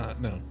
no